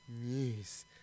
news